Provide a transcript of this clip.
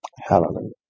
Hallelujah